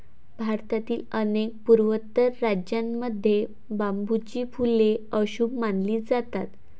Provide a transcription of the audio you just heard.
भारतातील अनेक पूर्वोत्तर राज्यांमध्ये बांबूची फुले अशुभ मानली जातात